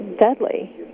deadly